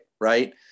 Right